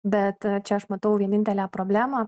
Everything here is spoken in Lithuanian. bet čia aš matau vienintelę problemą